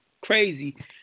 Crazy